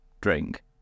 drink